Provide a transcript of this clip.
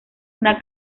una